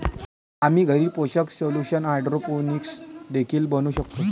आम्ही घरी पोषक सोल्यूशन हायड्रोपोनिक्स देखील बनवू शकतो